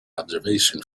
observation